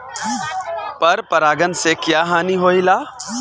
पर परागण से क्या हानि होईला?